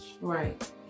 right